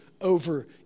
over